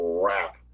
crap